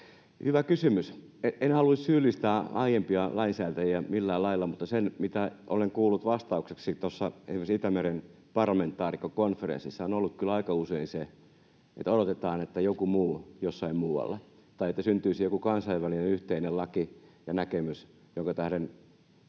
Hyvä kysymys. En haluaisi syyllistää aiempia lainsäätäjiä millään lailla, mutta se, mitä olen kuullut vastaukseksi esimerkiksi Itämeren parlamentaarikkokonferenssissa, on ollut kyllä aika usein se, että odotetaan, että joku muu toimii jossain muualla tai että syntyisi joku kansainvälinen yhteinen laki ja näkemys, jonka tähden